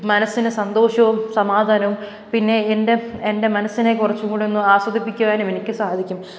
മനസ്സിന് സന്തോഷവും സമാധാനവും പിന്നെ എന്റെ എന്റെ മനസ്സിനെ കുറച്ചു കൂടെ ഒന്ന് ആസ്വദിപ്പിക്കുവാനും എനിക്ക് സാധിക്കും